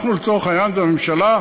אנחנו, לצורך העניין, זה הממשלה,